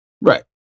Right